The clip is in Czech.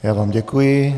Já vám děkuji.